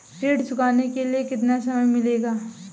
ऋण चुकाने के लिए कितना समय मिलेगा?